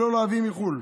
ולא להביא מחו"ל.